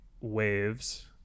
Waves